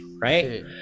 right